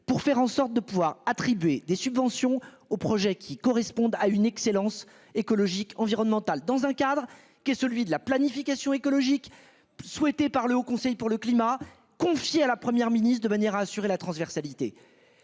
pour faire en sorte de pouvoir attribuer des subventions aux projets qui correspondent à une excellence écologique, environnementale dans un cadre qui est celui de la planification écologique souhaitée par le Haut Conseil pour le climat, confiée à la Première ministre de manière à assurer la transversalité.